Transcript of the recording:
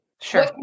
sure